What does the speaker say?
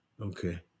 Okay